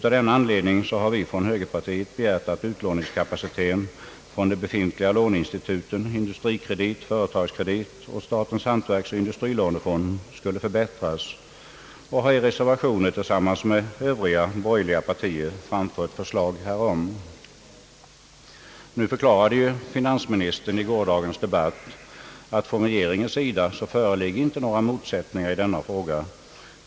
Av denna anledning har vi från högerpartiet begärt att utlåningskapaciteten hos de befintliga låneinstituten, AB Industrikredit, AB Företagskredit och statens hantverksoch industrilånefond, skulle förbättras och har i reservationer tillsammans med övriga borgerliga partier framfört förslag här OM. Finansministern förklarade i gårdagens debatt att det inte föreligger några avvikande uppfattningar i denna fråga.